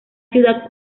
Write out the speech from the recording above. ciudad